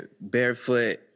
barefoot